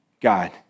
God